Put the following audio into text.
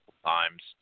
times